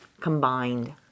combined